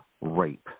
rape